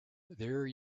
there